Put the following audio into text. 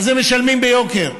אז הם משלמים ביוקר.